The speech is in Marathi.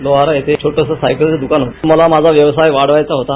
लोहारा इथछोटसस्रायकलच दिकान होत बेला माझा व्यवसाय वाढवायचा होता